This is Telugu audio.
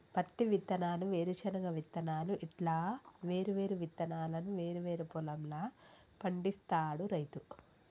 పత్తి విత్తనాలు, వేరుశన విత్తనాలు ఇట్లా వేరు వేరు విత్తనాలను వేరు వేరు పొలం ల పండిస్తాడు రైతు